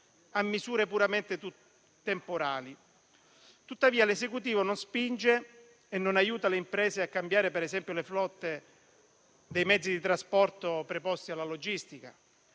a misure puramente temporali. Tuttavia, l'Esecutivo non spinge e non aiuta le imprese a cambiare, per esempio, le flotte dei mezzi di trasporto preposti alla logistica;